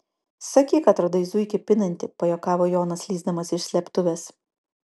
sakyk kad radai zuikį pinantį pajuokavo jonas lįsdamas iš slėptuvės